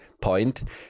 point